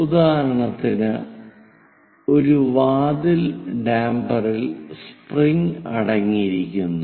ഉദാഹരണത്തിന് ഒരു വാതിൽ ഡാംപറിൽ സ്പ്രിംഗ് അടങ്ങിയിരിക്കുന്നു